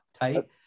tight